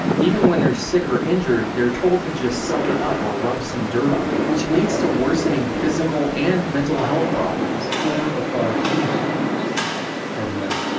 even when they're sick or injured, they're told to suck it up or rub some dirt on it. which leads to worsening physical and mental health problems, four of five suicides are men.